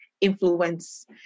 Influence